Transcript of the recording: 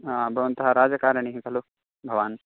हा भवन्तः राजकारणिः खलु भवान्